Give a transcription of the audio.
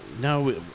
no